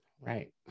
Right